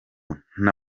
nta